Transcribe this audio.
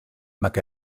mac